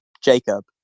Jacob